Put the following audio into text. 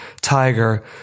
Tiger